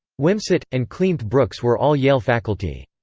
wimsatt, and cleanth brooks were all yale faculty.